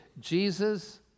Jesus